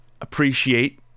appreciate